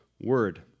word